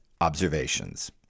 observations